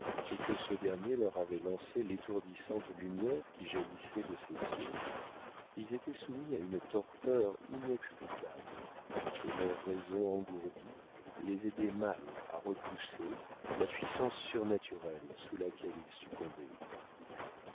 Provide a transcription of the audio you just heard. et que ce dernier leur avait lancé l'étourdissante lumière qui jaillissait de ses yeux ils étaient soumis à une torpeur inexplicable et leur raison engourdie les aidait mal à repousser la puissance surnaturelle sous laquelle ils succombaient